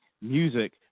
music